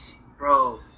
bro